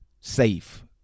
safe